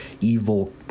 evil